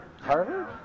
Harvard